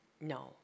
No